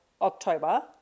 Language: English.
October